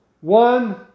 One